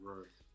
Right